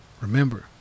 remember